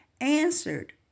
answered